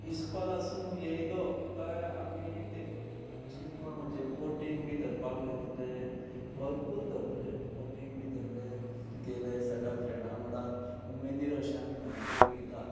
इस्कॉल आसून येयलो काय आमी ते चिंग म्हणजे पोटींग बी धरपाक वयतले भरपूर धरतले पोटींग बी धरले गेले सगळ्या फ्रेंडा वांगडा उमेदीर अशें आमी न्हंयेक बी वयता